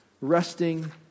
resting